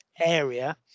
area